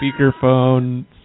speakerphone